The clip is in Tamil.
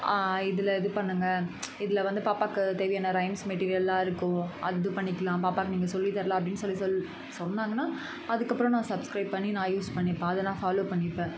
இதில் இது பண்ணுங்கள் இதில் வந்து பாப்பாவுக்கு தேவையான ரைம்ஸ் மெட்டீரியல்லாக இருக்கும் அது பண்ணிக்கலாம் பாப்பாவுக்கு நீங்கள் சொல்லித் தரலாம் அப்படின்னு சொல்லி சொல் சொன்னாங்கன்னால் அதுக்கப்புறம் நான் சப்ஸ்க்ரைப் பண்ணி நான் யூஸ் பண்ணிப்பேன் அதை நான் ஃபாலோ பண்ணிப்பேன்